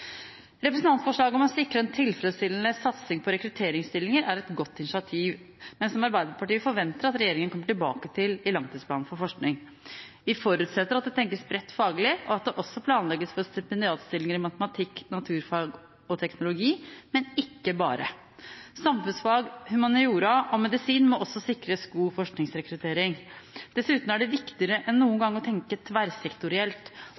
Representantforslaget om å sikre en tilfredsstillende satsing på rekrutteringsstillinger er et godt initiativ, men som Arbeiderpartiet forventer at regjeringen kommer tilbake til i langtidsplanen for forskning. Vi forutsetter at det tenkes bredt faglig, og at det også planlegges for stipendiatstillinger i matematikk, naturfag og teknologi, men ikke bare – samfunnsfag, humaniora og medisin må også sikres god forskerrekruttering. Dessuten er det viktigere enn noen